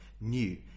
new